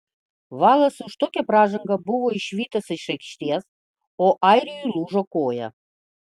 valas už tokią pražangą buvo išvytas iš aikštės o airiui lūžo koja